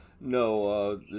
No